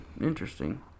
interesting